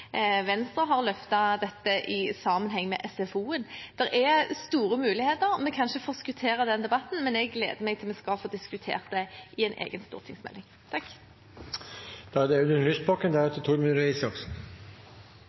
Venstre har løftet dette i sammenheng med SFO-en. Det er store muligheter. Vi kan ikke forskuttere den debatten, men jeg gleder meg til å få diskutert det i en egen stortingsmelding. Først vil jeg takke Kristelig Folkeparti for å ha fremmet forslag om et viktig tema. For SV er